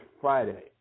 Friday